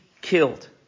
killed